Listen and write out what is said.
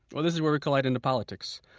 well this is where we collide into politics.